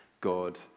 God